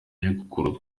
nyogokuru